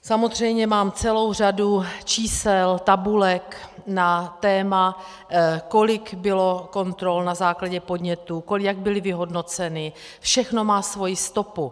Samozřejmě mám celou řadu čísel, tabulek na téma, kolik bylo kontrol na základě podnětů, jak byly vyhodnoceny, všechno má svoji stopu.